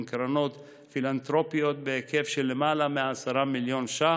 קרנות פילנתרופיות בהיקף של יותר מ-10 מיליון ש"ח,